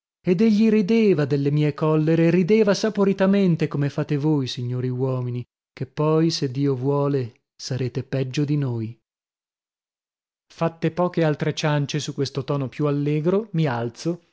ed egli rideva delle mie collere rideva saporitamente come fate voi signori uomini che poi se dio vuole sarete peggio di noi fatte poche altre ciance su questo tono più allegro mi alzo